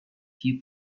few